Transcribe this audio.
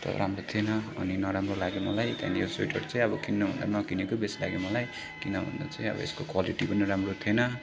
तर राम्रो थिएन अनि नराम्रो लाग्यो मलाई त्यहाँदेखि यो स्वेटर चाहिँ अब किन्न भन्दा नकिनेकै बेस लाग्यो मलाई कि भन्दा चाहिँ अब यसको क्वालिटी पनि राम्रो थिएन